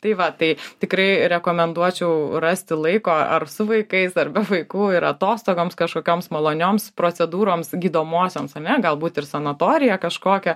tai va tai tikrai rekomenduočiau rasti laiko ar su vaikais ar be vaikų ir atostogoms kažkokioms malonioms procedūroms gydomosioms ane galbūt ir sanatorija kažkokia